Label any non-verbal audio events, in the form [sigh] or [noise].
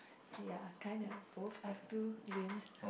ya kind of both I have two dreams [breath]